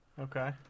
Okay